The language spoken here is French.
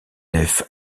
nef